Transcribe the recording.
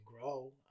grow